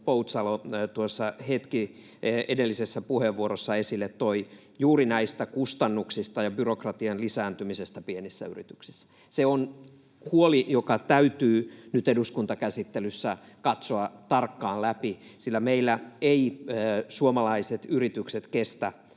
Slunga-Poutsalo edellisessä puheenvuorossa toi esille juuri kustannuksista ja byrokratian lisääntymisestä pienissä yrityksissä. Se on huoli, joka täytyy nyt eduskuntakäsittelyssä katsoa tarkkaan läpi, sillä meillä eivät suomalaiset yritykset kestä